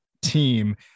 team